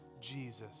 Jesus